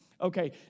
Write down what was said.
Okay